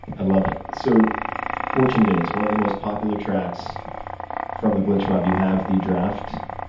i love it. so fortune days, one of the most popular tracks from the glitch mob, you have the draft,